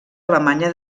alemanya